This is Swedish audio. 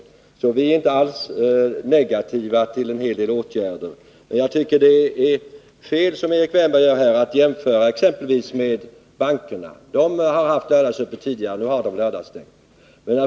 Vi är alltså inte alls negativa till alla åtgärder. Jag tycker att det är fel att, som Erik Wärnberg gör, jämföra detta med exempelvis bankernas öppettider. Bankerna har haft lördagsöppet tidigare, men de har nu lördagsstängt.